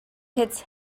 its